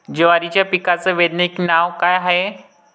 जवारीच्या पिकाचं वैधानिक नाव का हाये?